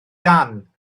dan